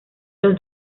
los